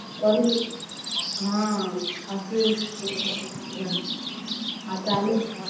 ओरहुल हँ अस्सी रुपये दै छै यहाँ आ चालीस